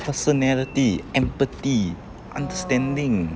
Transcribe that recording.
personality empathy understanding